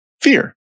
fear